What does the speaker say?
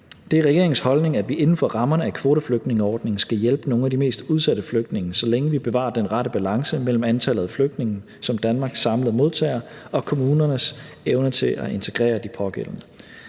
Det er regeringens holdning, at vi inden for rammerne af kvoteflygtningeordningen skal hjælpe nogle af de mest udsatte flygtninge, så længe vi bevarer den rette balance mellem antallet af flygtninge, som Danmark samlet modtager, og kommunernes evne til at integrere de pågældende.